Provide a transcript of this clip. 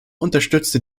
unterstützte